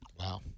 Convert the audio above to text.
wow